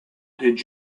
did